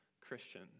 Christian